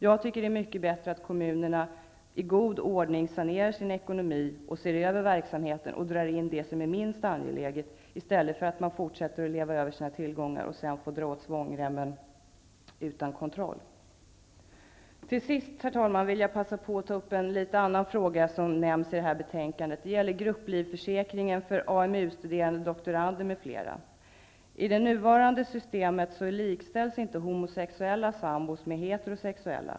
Jag tycker att det är mycket bättre att kommunerna i god ordning sanerar sin ekonomi, ser över verksamheten och drar in det som är minst angeläget, i stället för att fortsätta att leva över sina tillgångar och sedan bli tvungna att dra åt svångremmen utan kontroll. Herr talman! Till sist vill jag ta upp en annan fråga som nämns i detta betänkande. Det gäller grupplivförsäkringar för AMU-studerande, doktorander m.fl. I det nuvarande systemet likställs inte homosexuella sambor med heterosexuella.